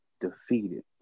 defeated